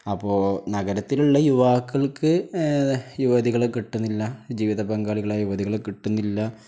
അപ്പോള് നഗരത്തിലുള്ള യുവാക്കൾക്ക് യുവതികളെ കിട്ടുന്നില്ല ജീവിതപങ്കാളികളായി യുവതികളെ കിട്ടുന്നില്ല